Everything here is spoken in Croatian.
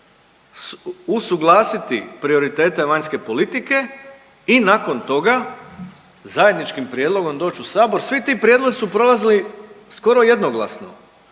Usuglasiti prioritete vanjske politike i nakon toga zajedničkim prijedlogom doći u Sabor, svi ti prijedlozi su prolazili skoro jednoglasno